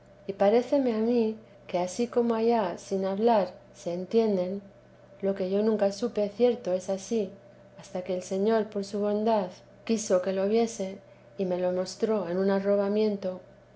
y paréceme a mí que ansí como allá sin hablar se entienden lo que yo nunca supe cierto es ansí hasta que el señor por su bondad quiso que lo viese y me lo mo en un arrobamiento